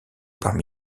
parmi